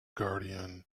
guardian